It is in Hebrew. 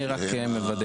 אני רק מוודא.